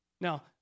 Now